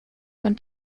von